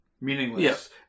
meaningless